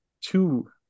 two